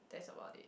that's about it